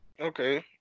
okay